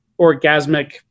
orgasmic